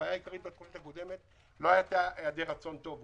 שהבעיה העיקרית בתוכנית הקודמת לא הייתה היעדר רצון טוב.